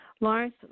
Lawrence